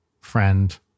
friend